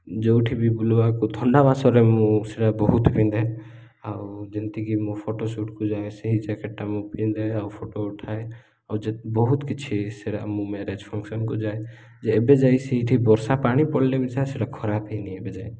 ଯେଉଁଠି ବି ବୁଲିବାକୁ ଥଣ୍ଡା ମାସରେ ମୁଁ ସେଇଟା ବହୁତ ପିନ୍ଧେ ଆଉ ଯେମିତିକି ମୁଁ ଫଟୋ ସୁଟ୍କୁ ଯାଏ ସେହି ଜ୍ୟାକେଟ୍ଟା ମୁଁ ପିନ୍ଧେ ଆଉ ଫଟୋ ଉଠାଏ ଆଉ ଯେ ବହୁତ କିଛି ସେଇଟା ମୁଁ ମ୍ୟାରେଜ୍ ଫଙ୍କ୍ସନ୍କୁ ଯାଏ ଯେ ଏବେ ଯାଏଁ ସେଇଠି ବର୍ଷା ପାଣି ପଡ଼ିଲେ ମିଶା ସେଇଟା ଖରାପ ହୋଇନି ଏବେ ଯାଏଁ